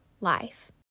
life